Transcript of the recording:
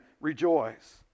rejoice